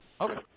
Okay